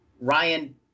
Ryan